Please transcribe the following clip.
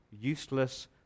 useless